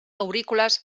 aurícules